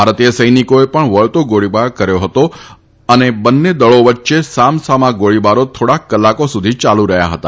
ભારતીય સૈનિકોએ પણ વળતો ગોળીબાર કર્યો હતો અને બંને દળો વચ્ચે સામસામા ગોળીબારો થોડાક કલાકો સુધી ચાલુ રહ્યા હતા